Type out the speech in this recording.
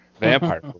Vampire